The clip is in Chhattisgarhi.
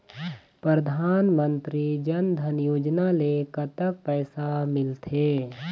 परधानमंतरी जन धन योजना ले कतक पैसा मिल थे?